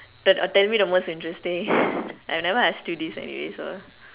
tell tell me the most interesting I never ask you this anyway so